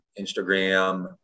Instagram